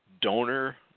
donor